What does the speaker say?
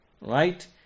Right